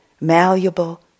malleable